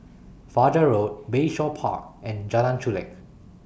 Fajar Road Bayshore Park and Jalan Chulek